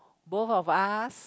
both of us